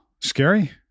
Scary